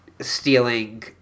stealing